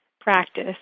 practice